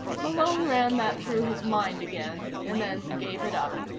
malone ran that through his mind again, and then gave it up.